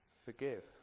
forgive